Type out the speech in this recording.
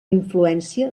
influència